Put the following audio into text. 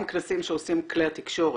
גם כנסים שעושים כלי התקשורת.